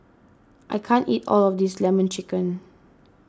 I can't eat all of this Lemon Chicken